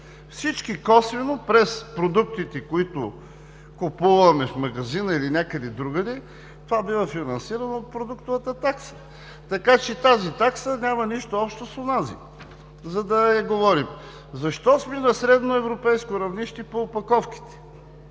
смет. Косвено, през продуктите, които купуваме в магазина или някъде другаде, това бива финансирано от продуктовата такса, така че тази такса няма нищо общо с онази, за да я говорим. Защо сме на средноевропейско равнище по опаковките?